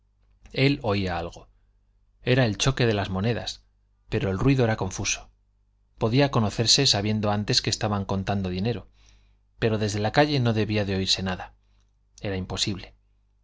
él oía algo era el choque de las monedas pero el ruido era confuso podía conocerse sabiendo antes que estaban contando dinero pero desde la calle no debía de oírse nada era imposible